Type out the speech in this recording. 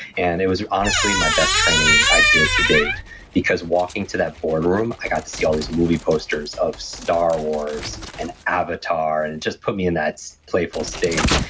and it was honestly my best training i did to date because walking to that board room, i got to see all these movie posters of star wars and avatar, and it just put me in that playful state.